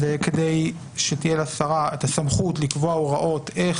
כדי שתהיה לשרה את הסמכות לקבוע הוראות איך